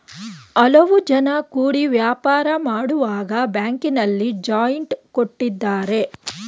ಹಲವು ಜನ ಕೂಡಿ ವ್ಯಾಪಾರ ಮಾಡುವಾಗ ಬ್ಯಾಂಕಿನಲ್ಲಿ ಜಾಯಿಂಟ್ ಕೊಟ್ಟಿದ್ದಾರೆ